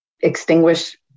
extinguish